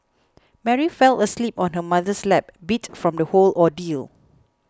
Mary fell asleep on her mother's lap beat from the whole ordeal